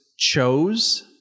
Chose